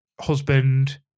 husband